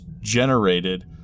generated